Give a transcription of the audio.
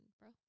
bro